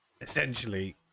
essentially